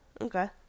Okay